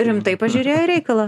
rimtai pažiūrėjo į reikalą